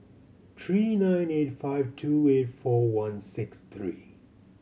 three nine eight five two eight four one six three